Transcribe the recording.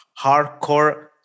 hardcore